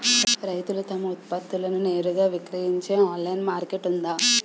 రైతులు తమ ఉత్పత్తులను నేరుగా విక్రయించే ఆన్లైన్ మార్కెట్ ఉందా?